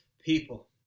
people